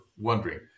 wondering